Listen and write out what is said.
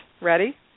Ready